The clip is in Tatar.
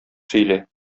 сөйлә